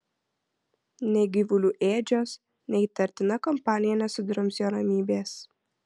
nei gyvulių ėdžios nei įtartina kompanija nesudrums jo ramybės